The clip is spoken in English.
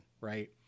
right